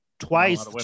Twice